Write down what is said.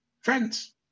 Friends